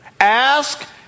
Ask